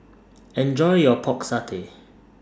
Enjoy your Pork Satay